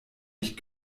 nicht